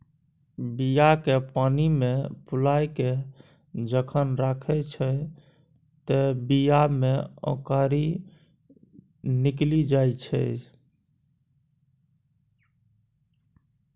बीया केँ पानिमे फुलाए केँ जखन राखै छै तए बीया मे औंकरी निकलि जाइत छै